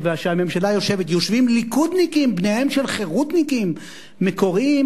והממשלה יושבת יושבים ליכודניקים בניהם של חרותניקים מקוריים,